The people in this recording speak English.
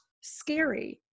scary